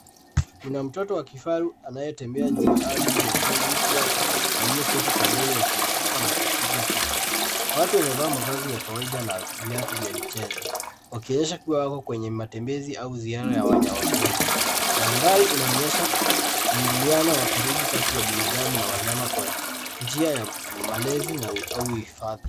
Kuna mtoto wa kifaru anayetembea juu ya ardhi nyekundu huku watu walioketi pembeni wakimshika na kumpiga picha. Watu wamevaa mavazi ya kawaida na viatu vya mchezo, wakionyesha kuwa wako kwenye matembezi au ziara ya wanyama pori. Mandhari inaonyesha mwingiliano wa karibu kati ya binadamu na wanyama kwa njia ya malezi au uhifadhi.